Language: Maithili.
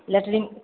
लैटरिन